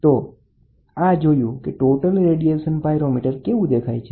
તો આ જોયું કે ટોટલ રેડિયેશન પાયરોમીટર કેવું દેખાય છે